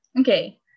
Okay